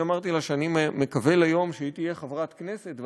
אני אמרתי לה שאני מקווה ליום שהיא תהיה חברת כנסת,